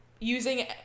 using